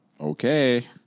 Okay